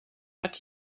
hat